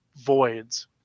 Voids